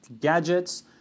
gadgets